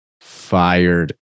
fired